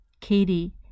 Katie